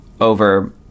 over